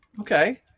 Okay